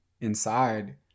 inside